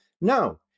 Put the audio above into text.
No